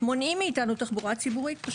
מונעים מאיתנו תחבורה ציבורית פשוט.